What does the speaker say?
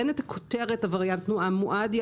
אין את הכותרת עבריין תנועה מועד.